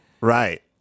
Right